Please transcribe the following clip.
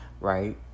right